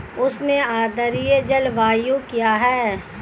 उष्ण आर्द्र जलवायु क्या है?